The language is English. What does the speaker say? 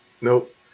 Nope